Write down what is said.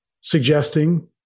suggesting